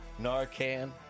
Narcan